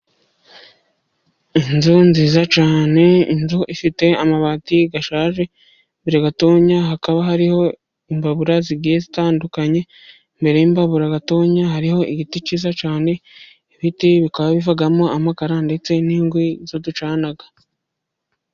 Inzu nziza cyane inzu ifite amabati ashaje. Munsi gatonya hakaba hariho imbabura zigiye zitandukanye, umbere y'imbabura gatonya hariho igiti cyiza cyane. Ibiti bikaba bivamo amakara ndetse n'inkwi zo ducyana.